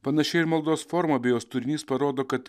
panaši ir maldos forma bei jos turinys parodo kad